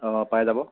অঁ পাই যাব